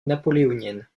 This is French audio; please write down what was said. napoléoniennes